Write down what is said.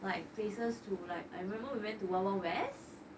like places too like I remember we went to wild wild west